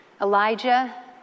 Elijah